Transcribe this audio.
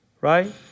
right